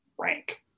rank